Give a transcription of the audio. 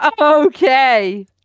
okay